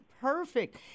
perfect